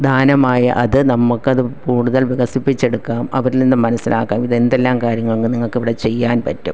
ദാനമായി അത് നമ്മൾക്ക് അത് കൂടുതൽ വികസിപ്പിച്ചെടുക്കാം അവരിൽ നിന്നും മനസിലാക്കാം ഇത് എന്തെല്ലാം കാര്യങ്ങൾ നിങ്ങൾക്ക് ഇവിടെ ചെയ്യാൻ പറ്റും